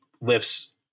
lifts